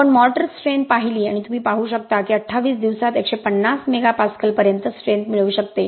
आपण mortar strength पाहिली आणि तुम्ही पाहू शकता की 28 दिवसात 150 MPa पर्यंत स्ट्रेन्थ मिळवू शकतो